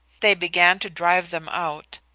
they began to drive them out,